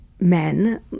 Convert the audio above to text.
men